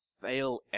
fail